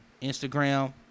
instagram